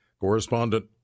Correspondent